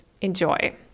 enjoy